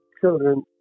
children